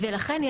ולכן,